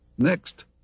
Next